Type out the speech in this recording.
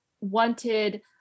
wanted